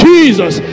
Jesus